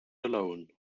alone